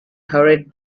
hurried